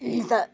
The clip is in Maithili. तऽ